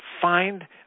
Find